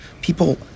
People